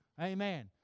Amen